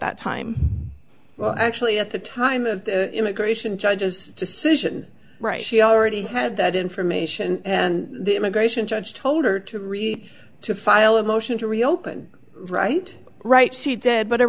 that time well actually at the time of the immigration judge's decision right she already had that information and the immigration judge told her to read to file a motion to reopen right right she did but a